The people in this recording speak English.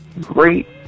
great